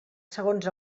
segons